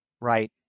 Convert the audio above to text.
Right